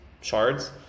shards